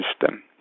system